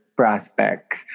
prospects